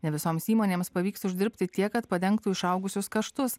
ne visoms įmonėms pavyks uždirbti tiek kad padengtų išaugusius kaštus